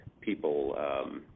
people